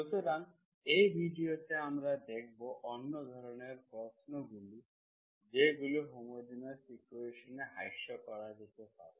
সুতরাং এই ভিডিওতে আমরা দেখব অন্য ধরণের প্রশ্নগুলি যেগুলো হোমোজেনিয়াস ইকুয়েশনে হ্রাস করা যেতে পারে